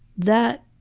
that